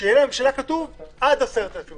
שיהיה כתוב לממשלה "עד 10,000 שקלים".